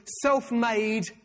self-made